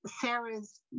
Sarah's